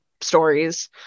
stories